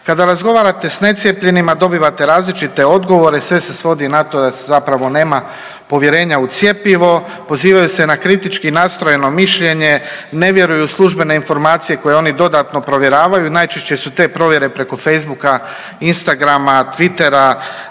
Kada razgovarate sa necijepljenima dobivate različite odgovore. Sve se svodi na to da se zapravo nema povjerenja u cjepivo. Pozivaju se na kritički nastrojeno mišljenje, ne vjeruju u službene informacije koje oni dodatno provjeravaju. Najčešće su te provjere preko Facebooka, Instagrama, Twittera